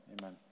amen